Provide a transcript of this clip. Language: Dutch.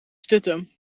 stutten